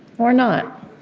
or not?